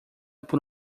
por